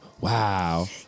wow